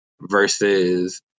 versus